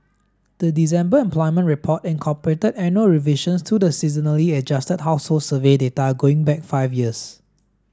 the December employment report incorporated annual revisions to the seasonally adjusted household survey data going back five years